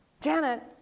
Janet